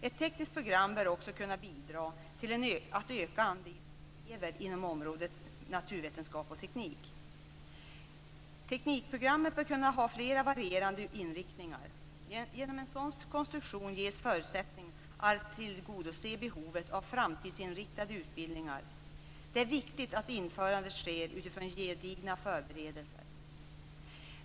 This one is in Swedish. Ett tekniskt program bör också kunna bidra till att öka antalet elever inom området naturvetenskap och teknik. Teknikprogrammet bör kunna ha flera varierande inriktningar. Genom en sådan konstruktion ges förutsättningar att tillgodose behovet av framtidsinriktade utbildningar. Det är viktigt att införandet sker utifrån gedigna förberedelser.